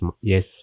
yes